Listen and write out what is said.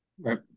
Right